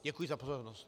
Děkuji za pozornost.